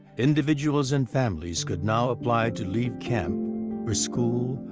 individuals and families could now apply to leave camp for school,